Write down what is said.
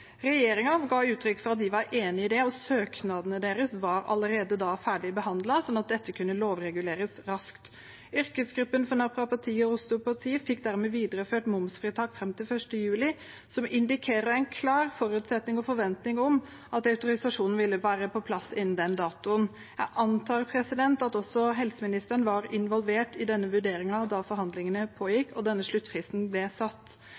ga uttrykk for at de var enig i det, og søknadene var allerede da ferdig behandlet, slik at dette kunne lovreguleres raskt. Yrkesgruppen for naprapati og osteopati fikk dermed videreført momsfritak fram til 1. juli, noe som indikerer en klar forutsetning og forventning om at autorisasjonen ville være på plass innen den dato. Jeg antar at også helseministeren var involvert i denne vurderingen da forhandlingene pågikk og denne sluttfristen ble satt.